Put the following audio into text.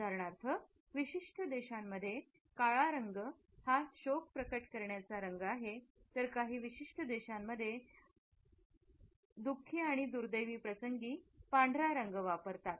उदाहरणार्थ विशिष्ट देशांमध्ये काळा हा शोक प्रकट करण्याचा रंग आहे तर काही विशिष्ट देशांमध्ये अशा दुखी आणि दुर्दैवी प्रसंगी पांढरा रंग वापरतात